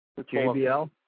JBL